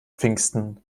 pfingsten